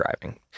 driving